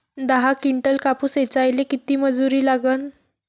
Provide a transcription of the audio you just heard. दहा किंटल कापूस ऐचायले किती मजूरी लागन?